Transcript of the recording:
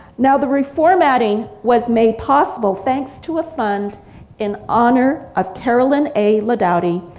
now the reformatting was made possible thanks to a fund in honor of carolyn a. laudauti,